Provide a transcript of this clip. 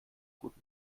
gut